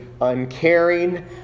uncaring